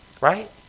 Right